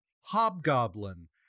Hobgoblin